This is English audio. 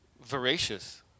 voracious